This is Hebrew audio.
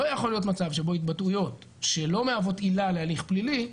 לא יכול להיות מצב שהוא התבטאויות שלא מהוות עילה להליך פלילי,